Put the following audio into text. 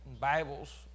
Bibles